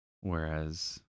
whereas